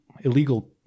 illegal